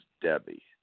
Debbie